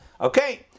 okay